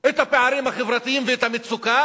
את הפערים החברתיים ואת המצוקה